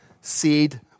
Seed